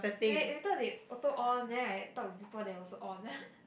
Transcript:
la~ later they auto on then I talk with people they also on